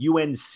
UNC